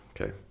okay